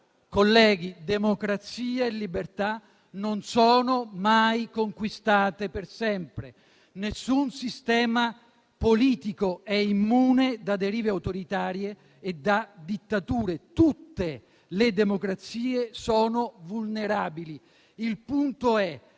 colleghi, democrazia e libertà non sono mai conquistate per sempre, nessun sistema politico è immune da derive autoritarie e da dittature, tutte le democrazie sono vulnerabili. Il punto è